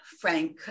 frank